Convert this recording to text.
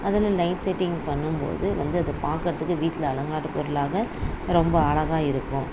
அதுல light setting பண்ணும்போது வந்து அதை பார்க்குறத்துக்கு வீட்டில் அலங்கார பொருளாக ரொம்ப அழகாக இருக்கும்